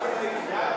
סתיו שפיר,